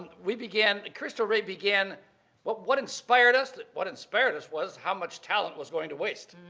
we began, christo rey began what what inspired us? like what inspired us was how much talent was going to waste.